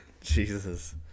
Jesus